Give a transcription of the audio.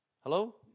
Hello